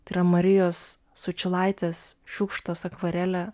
tai yra marijos sučylaitės šiukštos akvarelė